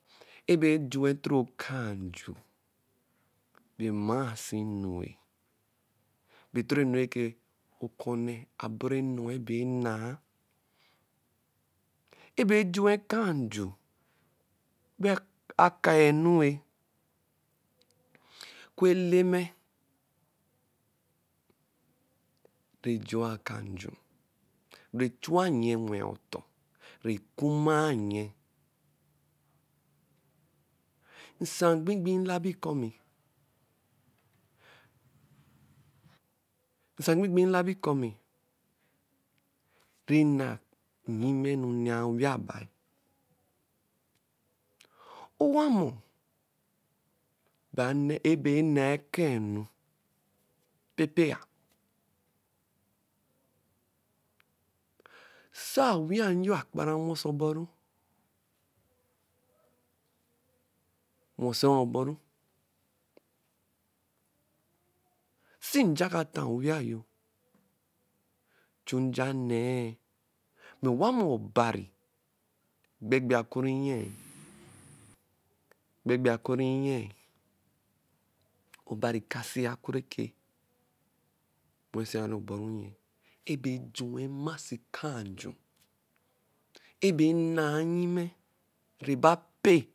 Ɛbe-e jue toro akaa nju, bɛ mmasi enu wɛ. Bɛ toro enu rɛkɛ ɔkɔnɛ aburu bɛ nɔe bɛ enaa. Ebe-e jue akaa nju bɛ akaa enu wɛ. Oku Eleme rɛ jua akaa nju. rɛ chua nnyɛ wɛ-an ɔtɔ, rɛ kuma nyɛ. Nsã mgbimgbii labi kɔme ;nsa mgbimgbii labi kɔme rɛna nnyime enu nɛɛ awia bai. Owamɔ, ebe naa akaa enu pepe-a. Sɔ owia nyo akpara ɔwese oburu, wɛsɛ oburu, sɛ nja ka taa owia yo, chu nja ne-e. Mẹ owamɔ oban gbe-gbe okun nye-e. Obari kase-a oku rɛ wesɛ-ari ɔbɔ ru nyɛ. Ɛbɛ-ɛ juɛn mmasi akaa nju. ebɛ nna nnyimɛ rɛba pɛ.